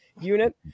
unit